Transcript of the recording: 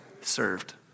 served